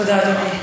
תודה, אדוני.